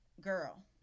Girl